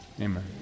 amen